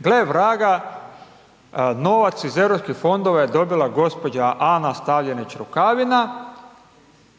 gle vraga novac iz europskih fondova je dobila gospođa Ana Stavljenić Rukavina